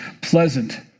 pleasant